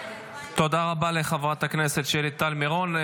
תודה רבה לחברת הכנסת של טל מירון.